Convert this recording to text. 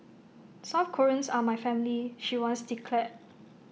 South Koreans are my family she once declared